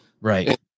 Right